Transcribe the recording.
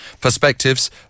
perspectives